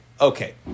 Okay